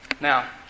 now